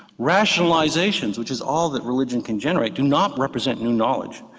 rationalisations, which is all that religion can generate, do not represent new knowledge.